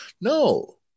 no